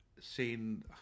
seen